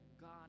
God